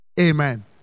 Amen